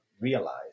realize